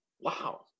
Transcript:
Wow